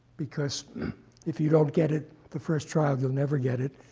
because if you don't get it the first trial, you'll never get it.